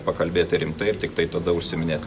pakalbėti rimtai ir tiktai tada užsiiminėt